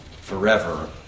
forever